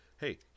hey